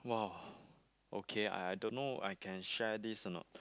!wow! okay I I don't know I can share this